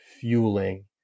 fueling